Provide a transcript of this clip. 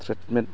treatment